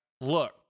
look